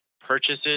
purchases